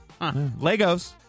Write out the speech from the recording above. Legos